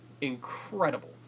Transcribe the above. incredible